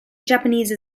japanese